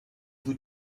vous